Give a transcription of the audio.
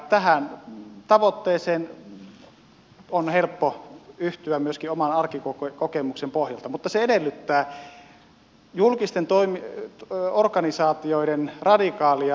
tähän tavoitteeseen on helppo yhtyä myöskin oman arkikokemukseni pohjalta mutta se edellyttää julkisten organisaatioiden radikaalia toimintakulttuurin muutosta